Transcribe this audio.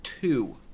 two